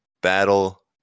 battle